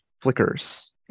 flickers